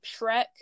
Shrek